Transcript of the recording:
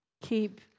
Keep